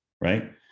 right